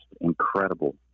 incredible